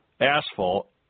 asphalt